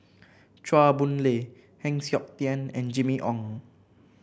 Chua Boon Lay Heng Siok Tian and Jimmy Ong